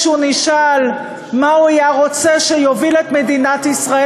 כשהוא נשאל מה הוא היה רוצה שיוביל את מדינת ישראל,